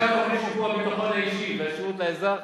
17. גובשה תוכנית לשיפור הביטחון האישי והשירות לאזרח